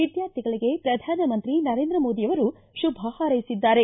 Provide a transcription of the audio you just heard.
ವಿದ್ಯಾರ್ಥಿಗಳಿಗೆ ಪ್ರಧಾನಮಂತ್ರಿ ನರೇಂದ್ರ ಮೋದಿ ಅವರು ಶುಭ ಹಾರ್ೈಸಿದ್ದಾರೆ